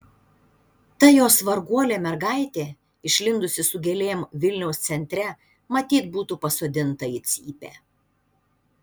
ta jos varguolė mergaitė išlindusi su gėlėm vilniaus centre matyt būtų pasodinta į cypę